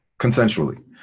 consensually